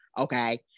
okay